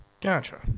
gotcha